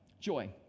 joy